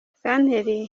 santere